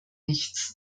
nichts